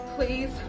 Please